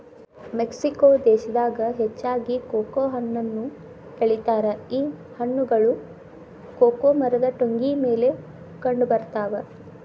Mexico ದೇಶದಾಗ ಹೆಚ್ಚಾಗಿ cocoa ಹಣ್ಣನ್ನು ಬೆಳಿತಾರ ಈ ಹಣ್ಣುಗಳು ಕೊಕೊ ಮರದ ಟೊಂಗಿ ಮೇಲೆ ಕಂಡಬರ್ತಾವ